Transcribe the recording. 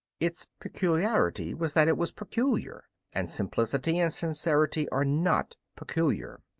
its peculiarity was that it was peculiar, and simplicity and sincerity are not peculiar,